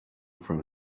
from